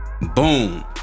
Boom